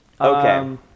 Okay